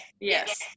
Yes